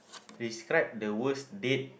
describe the worst date